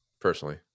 personally